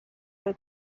del